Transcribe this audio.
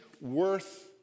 worth